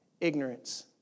ignorance